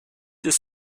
ist